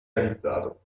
realizzato